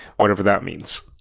whatever that means.